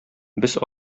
без